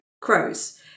crows